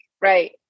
right